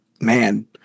man